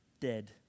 dead